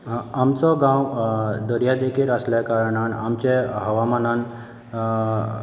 आमचो गांव दर्यादेगेर आसल्या कारणान आमचें हवामानान